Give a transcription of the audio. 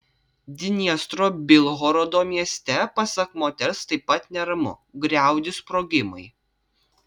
dniestro bilhorodo mieste pasak moters taip pat neramu griaudi sprogimai